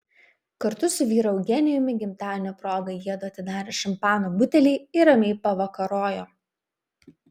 kartu su vyru eugenijumi gimtadienio proga jiedu atsidarė šampano butelį ir ramiai pavakarojo